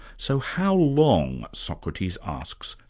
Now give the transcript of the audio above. so how long, socrates asks,